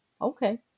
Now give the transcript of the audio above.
Okay